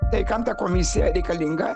tai kam ta komisija reikalinga